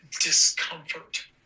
discomfort